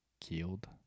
killed